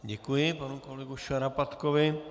Děkuji panu kolegovi Šarapatkovi.